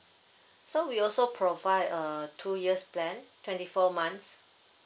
so we also provide a two years plan twenty four months